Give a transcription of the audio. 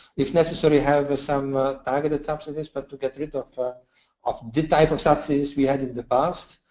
if necessary, have some ah targeted subsidies, but to get rid of ah of the type of subsidies we had in the past.